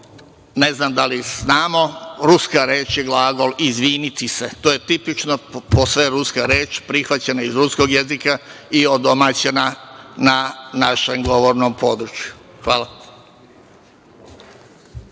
ne znam da li znamo, ruska reč je glagol „izviniti se“. To je tipično posve ruska reč, prihvaćena iz ruskog jezika i odomaćena na našem govornom području. Hvala.